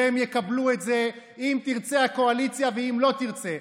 והם יקבלו את זה אם תרצה הקואליציה ואם לא תרצה.